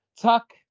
Tuck